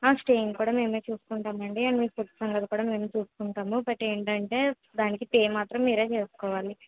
staying కూడా మేమే చూసుకుంటాం అండి అండ్ మీ ఫుడ్ సంగతి కూడా మేమే చూసుకుంటాము బట్ ఏంటంటే దానికి పే మాత్రం మీరు చేసుకోవాలి